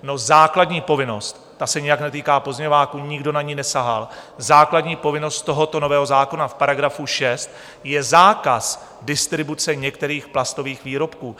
No, základní povinnost, ta se nijak netýká pozměňováku, nikdo na ni nesahal, základní povinnost tohoto nového zákona v § 6 je zákaz distribuce některých plastových výrobků.